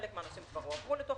חלק מהנושאים הועברו לתוך,